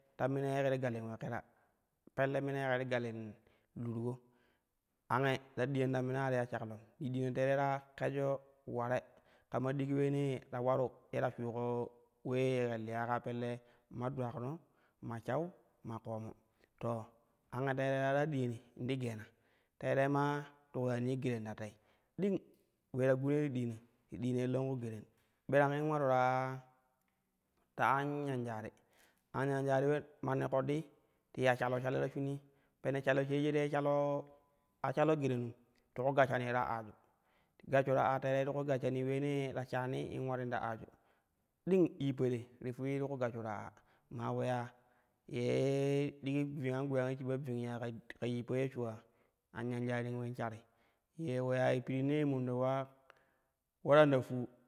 Ta nima ye ke ti galin ule kira pelle ta mina ye ƙe ti galim luruko, ange ta ɗuyun ta minai a ti ya shaklom, ti dina terei ta kajyo ulare kama digi uleene ta ukn ye ta shuuke ule ke liya ka pelle ma dulakno, ma shau, ma ƙoomo to ange teere taraa diyani ti geena teerai maa ti ku yaanii geren ta tei ding ule ta gun ye ti diina ti ɗiinai longku geren. Birengin ivare ta anyanjari, anyanjari manni ƙoɗɗii ti shalo shalo ta shinii pene shalo sheju tei shalo a shelo gerenum ti ku gashanii, ta aaju, gashsho ta aa tere ti ku gashshani uleenee ta shawi in warim ta aaju ding yippa te ti fii ti ku gashsho ta aa maa uleya ye digi vingan gulang yi shiba vingya ka yippa ye shuula anyanjarin ule shari ye uleyai pirnne mandok ula uleyan ta fuu.